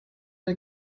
der